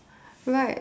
right